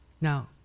Now